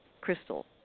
crystal